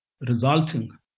resulting